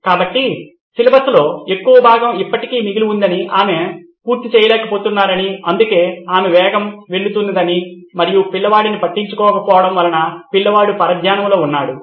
కాబట్టి సిలబస్లో ఎక్కువ భాగం ఇప్పటికీ మిగిలి ఉందని మరియు ఆమె పూర్తి చేయలేకపోతున్నారని అందుకే ఆమె వేగంగా వెళుతున్నదని మరియు పిల్లవాడిని పట్టించుకోక పోవడం వలన పిల్లవాడు పరధ్యానంలో ఉన్నాడు